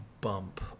bump